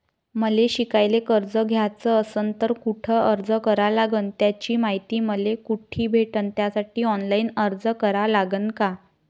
मले शिकायले कर्ज घ्याच असन तर कुठ अर्ज करा लागन त्याची मायती मले कुठी भेटन त्यासाठी ऑनलाईन अर्ज करा लागन का?